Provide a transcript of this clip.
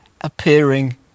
appearing